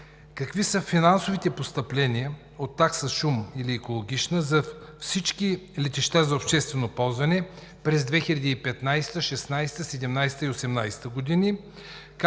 какви са финансовите постъпления от такса шум или екологична за всички летища за обществено ползване през 2015 г., 2016 г., 2017 г. и